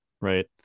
right